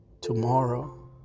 tomorrow